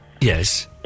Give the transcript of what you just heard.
Yes